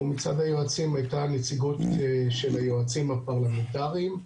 ומצד היועצים הייתה נציגות של היועצים הפרלמנטריים,